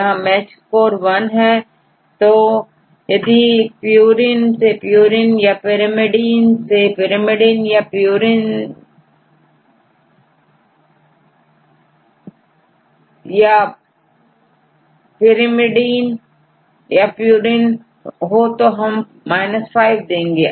यदि मैच स्कोर1 है तो यदिPURINE से PURINE याPyrimid ineयाpyrimidine सेpyrimidine याpurine हो तो हम 5 देंगे